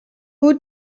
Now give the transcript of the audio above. who